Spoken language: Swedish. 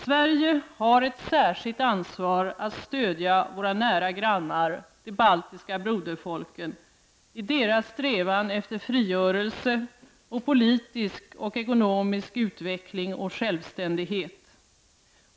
Sverige har ett särskilt ansvar att stödja våra nära grannar, de baltiska broderfolken, i deras strävan efter frigörelse och politisk och ekonomisk utveckling och självständighet.